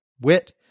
wit